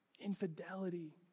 Infidelity